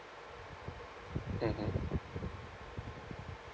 mmhmm